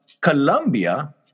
Colombia